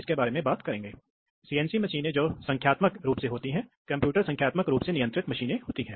इस पाठ में हम देखने जा रहे हैं न्यूमेटिक प्रणालियों को देखने जा रहे हैं